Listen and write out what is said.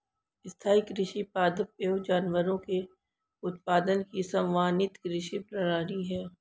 स्थाईं कृषि पादप एवं जानवरों के उत्पादन की समन्वित कृषि प्रणाली है